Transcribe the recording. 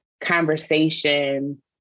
conversation